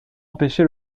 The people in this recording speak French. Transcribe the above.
empêché